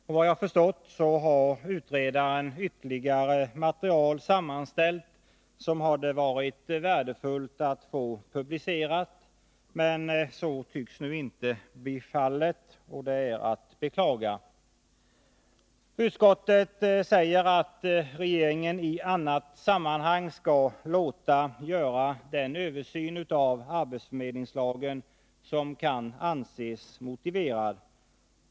Vad jag har förstått har utredaren ytterligare material sammanställt som hade varit värdefullt att få publicerat. Men så tycks nu inte bli fallet, och det är att beklaga. Utskottet säger att regeringen i annat sammanhang skall låta göra den översyn av arbetsförmedlingslagen som kan anses motiverad.